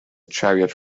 chariot